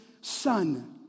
son